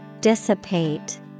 Dissipate